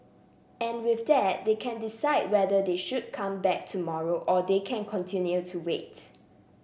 and with that they can decide whether they should come back tomorrow or they can continue to wait